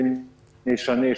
פיני שני,